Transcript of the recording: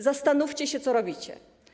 Zastanówcie się, co robicie.